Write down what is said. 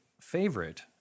favorite